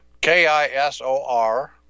K-I-S-O-R